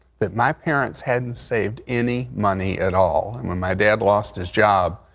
but my parents hadn't saved any money at all and when my dad lost his job,